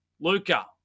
Luca